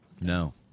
No